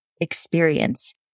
experience